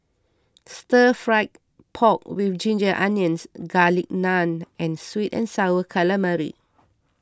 Stir Fried Pork with Ginger Onions Garlic Naan and Sweet and Sour Calamari